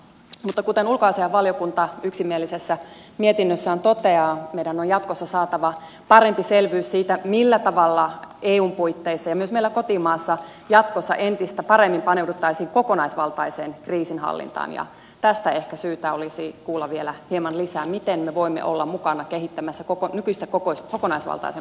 mutta kuten ulkoasiainvaliokunta yksimielisessä mietinnössään toteaa meidän on jatkossa saatava parempi selvyys siitä millä tavalla eun puitteissa ja myös meillä kotimaassa jatkossa entistä paremmin paneuduttaisiin kokonaisvaltaiseen kriisinhallintaan ja tästä ehkä syytä olisi kuulla vielä hieman lisää miten me voimme olla mukana kehittämässä nykyistä kokonaisvaltaisempaa kriisinhallintaa